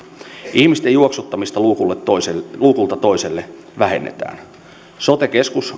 ihmisten juoksuttamista luukulta toiselle luukulta toiselle vähennetään sote keskus